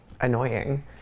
annoying